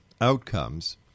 outcomes